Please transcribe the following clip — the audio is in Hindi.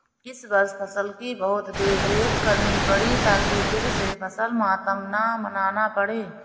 इस वर्ष फसल की बहुत देखरेख करनी पड़ी ताकि फिर से फसल मातम न मनाना पड़े